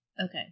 Okay